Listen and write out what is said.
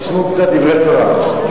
תשמעו קצת דברי תורה.